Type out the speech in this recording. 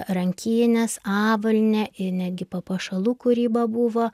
rankinės avalynė ir netgi papuošalų kūryba buvo